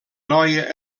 noia